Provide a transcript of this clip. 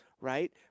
right